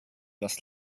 das